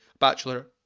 Bachelor